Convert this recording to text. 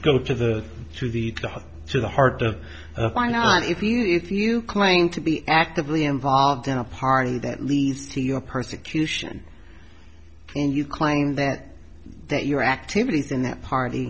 go to the to the to the heart of why not if you claim to be actively involved in a pardon that leads to your persecution and you claim that that your activities in that party